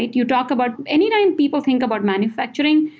you talk about anything people think about manufacturing,